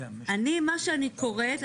ממה שאני קוראת,